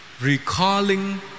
Recalling